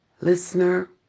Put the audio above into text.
Listener